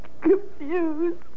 Confused